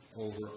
over